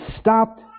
stopped